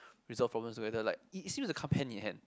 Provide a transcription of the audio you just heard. resolve problems together like it it seems to come hand in hand